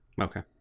Okay